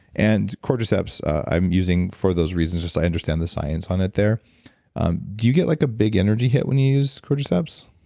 and cordyceps i'm using for those reasons, i understand the science on it there do you get like a big energy hit when you use cordyceps?